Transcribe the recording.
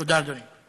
תודה, אדוני.